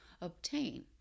obtain